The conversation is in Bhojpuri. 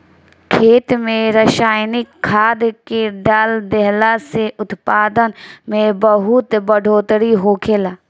खेत में रसायनिक खाद्य के डाल देहला से उत्पादन में बहुत बढ़ोतरी होखेला